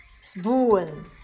Spoon